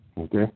Okay